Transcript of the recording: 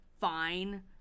fine